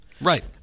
Right